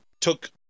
took